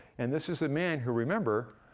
and this is the man, who remember,